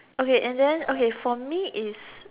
okay and then okay for me is